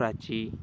Prachi